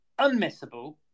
unmissable